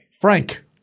Frank